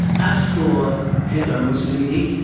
as for hitler and mussolini,